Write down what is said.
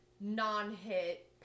non-hit